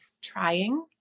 trying